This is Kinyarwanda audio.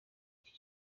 iki